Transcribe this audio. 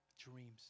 dreams